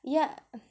yup